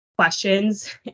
questions